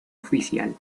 oficial